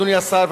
אדוני השר,